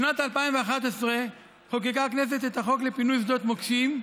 בשנת 2011 חוקקה הכנסת את החוק לפינוי שדות מוקשים,